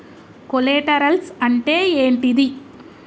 Collaterals అంటే ఏంటిది?